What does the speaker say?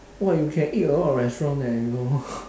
!wah! you can eat a lot of restaurant leh you know